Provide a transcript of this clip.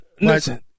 Listen